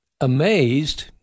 amazed